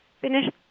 finish